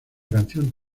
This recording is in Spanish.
canción